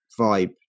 vibe